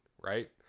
right